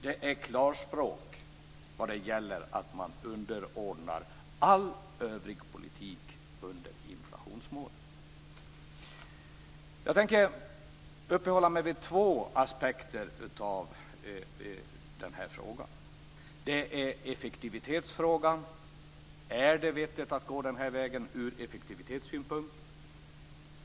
Det är klarspråk vad det gäller att man underordnar all övrig politik under inflationsmålet. Jag tänker uppehålla mig vid två aspekter av den här frågan. Den första är effektivitetsfrågan: Är det vettigt att gå den här vägen ur effektivitetssynpunkt?